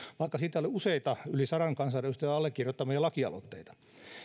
vaikka siitä oli useita yli sadan kansanedustajan allekirjoittamia lakialoitteita